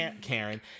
Karen